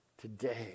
today